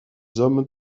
hommes